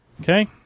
Okay